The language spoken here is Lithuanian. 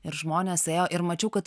ir žmonės ėjo ir mačiau kad